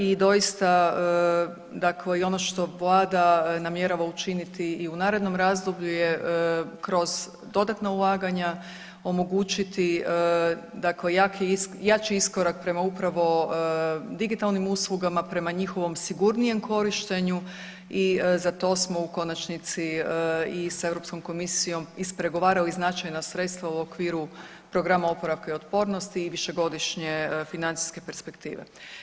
I doista i ono što Vlada namjerava učiniti i u narednom razdoblju je kroz dodatna ulaganja omogućiti jači iskorak prema upravo digitalnim uslugama, prema njihovom sigurnijem korištenju i za to smo u konačnici s Europskom komisijom ispregovarali značajna sredstva u okviru programa Oporavka i otpornosti i Višegodišnje financijske perspektive.